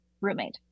roommate